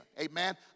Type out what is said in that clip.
amen